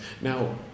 Now